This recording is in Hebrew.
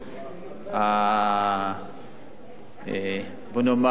בוא נאמר ה"ריאליטי",